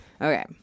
Okay